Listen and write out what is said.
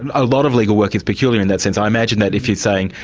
and a lot of legal work is peculiar in that sense. i imagine that if you're say,